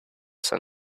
sun